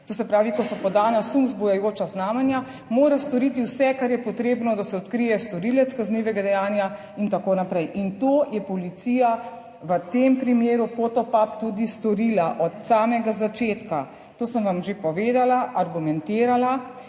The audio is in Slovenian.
to se pravi, ko so podana sum vzbujajoča znamenja, mora storiti vse, kar je potrebno, da se odkrije storilec kaznivega dejanja in tako naprej in to je policija v tem primeru Fotopub tudi storila od samega začetka. To sem vam že povedala, argumentirala.